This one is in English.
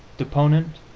deponent,